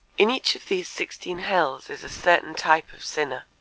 in each of these sixteen hells is a certain type of sinner